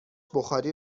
بخاری